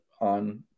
on